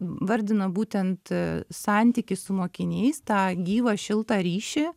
vardina būtent santykį su mokiniais tą gyvą šiltą ryšį